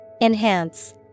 Enhance